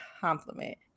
compliment